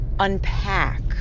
Unpack